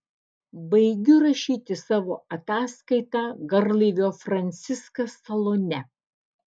baigiu rašyti savo ataskaitą garlaivio franciskas salone